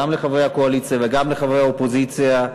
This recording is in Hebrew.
גם לחברי הקואליציה וגם לחברי האופוזיציה,